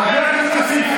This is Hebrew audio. חבר הכנסת כסיף,